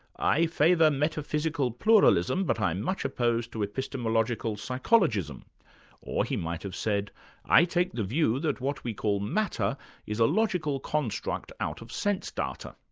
i favour metaphysical pluralism but i'm much opposed to epistemological psychologism or he might have said i take the view that what we call matter is a logical construct out of sense data.